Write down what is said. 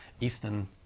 Eastern